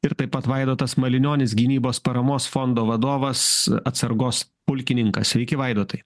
ir taip pat vaidotas malinionis gynybos paramos fondo vadovas atsargos pulkininkas sveiki vaidotai